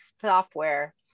software